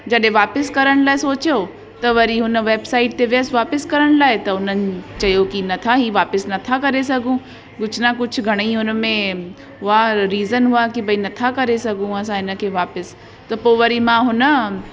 जॾहिं वापसि करण लाइ सोचियो त वरी हुन वेबसाइट ते वियसि वापसि करण लाइ त हुननि चयो कि नथा ई वापसि नथा करे सघू कुझु न कुझु घणेई हुन में हुआ रीज़न हुआ कि भई नथा करे सघूं असां हिन खे वापसि त पोइ वरी मां हुन